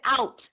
out